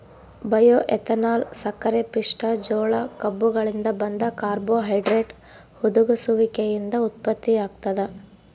bioethanol ಸಕ್ಕರೆಪಿಷ್ಟ ಜೋಳ ಕಬ್ಬುಗಳಿಂದ ಬಂದ ಕಾರ್ಬೋಹೈಡ್ರೇಟ್ ಹುದುಗುಸುವಿಕೆಯಿಂದ ಉತ್ಪತ್ತಿಯಾಗ್ತದ